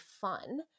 fun